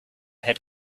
had